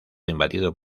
invadido